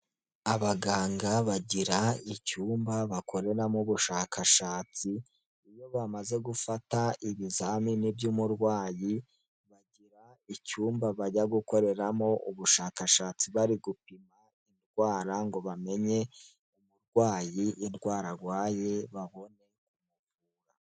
Abaganga bagira icyumba bakoreramo ubushakashatsi iyo bamaze gufata ibizamini by'umurwayi, bagira icyumba bajya gukoreramo ubushakashatsi bari gupima indwara ngo bamenye, umurwayi indwara arwaye babone.